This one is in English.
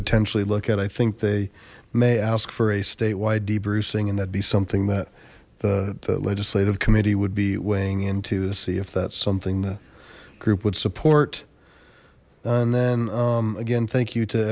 potentially look at i think they may ask for a statewide d bruising and that be something that the the legislative committee would be weighing in to see if that's something the group would support and then again thank you to